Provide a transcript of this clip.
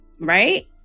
right